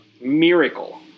Miracle